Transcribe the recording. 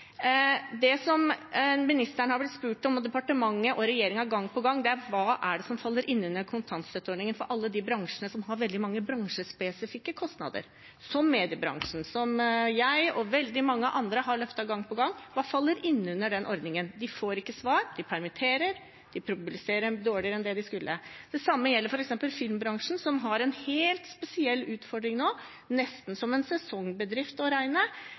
Det ministeren, departementet og regjeringen har blitt spurt om gang på gang, er hva som faller inn under kontantstøtteordningen for alle de bransjene som har veldig mange bransjespesifikke kostnader, som mediebransjen, som jeg og veldig mange andre har løftet gang på gang. Hva faller inn under ordningen? De får ikke svar, de permitterer, de publiserer dårligere enn det de skulle. Det samme gjelder f.eks. filmbransjen, som har en helt spesiell utfordring nå og er nesten som en sesongbedrift å regne.